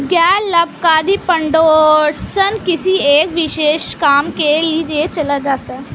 गैर लाभकारी फाउंडेशन किसी एक विशेष काम के लिए चलाए जाते हैं